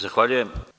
Zahvaljujem.